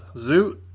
Zoot